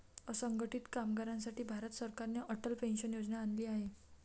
असंघटित कामगारांसाठी भारत सरकारने अटल पेन्शन योजना आणली आहे